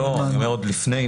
אני מתכוון לפני,